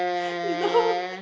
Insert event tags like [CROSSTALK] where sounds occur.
[BREATH] you know